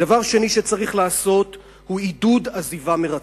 דבר שני שצריך לעשות הוא עידוד עזיבה מרצון.